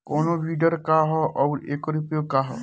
कोनो विडर का ह अउर एकर उपयोग का ह?